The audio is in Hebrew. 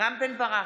רם בן ברק,